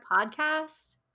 podcast